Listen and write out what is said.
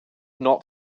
not